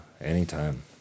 Anytime